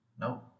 No